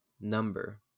number